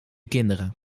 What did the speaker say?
kinderen